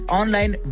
online